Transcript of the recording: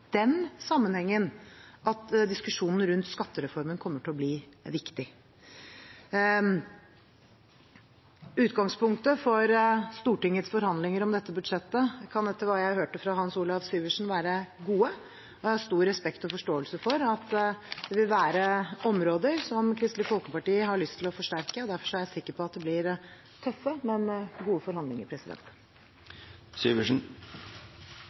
den sammenheng diskusjonen rundt skattereformen kommer til å bli viktig. Utgangspunktet for Stortingets forhandlinger om dette budsjettet kan, etter hva jeg hørte fra Hans Olav Syversen, være godt. Jeg har stor respekt og forståelse for at det vil være områder som Kristelig Folkeparti har lyst til å forsterke. Derfor er jeg sikker på at det blir tøffe, men gode forhandlinger.